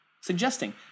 suggesting